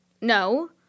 No